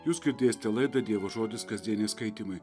jūs girdėsite laidą dievo žodis kasdieniai skaitymai